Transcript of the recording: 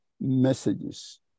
messages